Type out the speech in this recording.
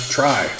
try